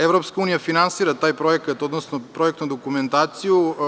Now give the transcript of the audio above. Evropska unija finansira taj projekat, odnosno projektnu dokumentaciju.